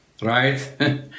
right